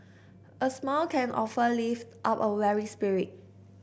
a smile can often lift up a weary spirit